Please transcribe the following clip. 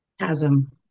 chasm